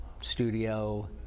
studio